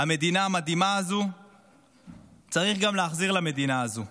המדינה המדהימה הזו צריך גם להחזיר למדינה הזו.